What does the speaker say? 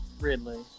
Ridley